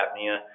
apnea